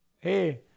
hey